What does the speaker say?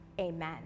Amen